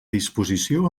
disposició